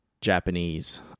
Japanese